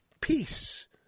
peace